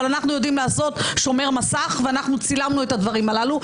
אבל אנחנו יודעים לעשות שומר מסך ואנחנו צילמנו את הדברים הללו.